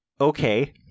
Okay